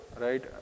right